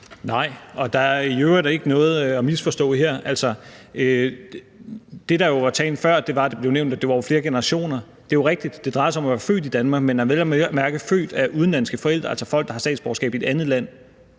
Nej, og der er i øvrigt ikke noget at misforstå her. Altså, det, der jo var sagen før, var – som det blev nævnt – at der var flere generationer. Det er jo rigtigt, at det drejer sig om at være født i Danmark, men at man vel at mærke er født af udenlandske forældre, altså folk, der har statsborgerskab i et andet land,